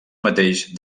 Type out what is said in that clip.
mateix